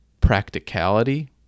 practicality